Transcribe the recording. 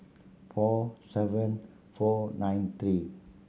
four seven four nine three